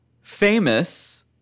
famous